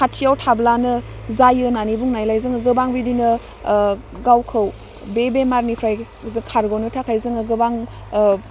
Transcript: खाथियाव थाब्लानो जायो होन्नानै बुंनायलाय जोङो गोबां बिदिनो ओह गावखौ बे बेमारनिफ्राय जो खारग'नो थाखाय जोङो गोबां ओह